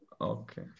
Okay